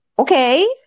okay